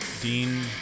Dean